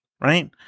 right